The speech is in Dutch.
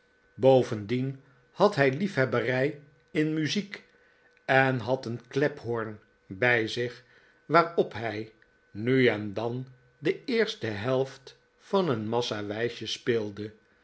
bovendien had hij liefhebberij in muziek en had een klephoorn bij zich waarop hij nu en dan de eerste helft van een massa wijsjes speelde